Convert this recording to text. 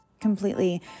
completely